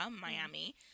Miami